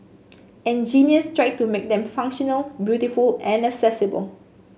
engineers tried to make them functional beautiful and accessible